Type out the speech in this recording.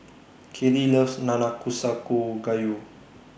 Kailey loves Nanakusa Gayu